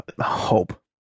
hope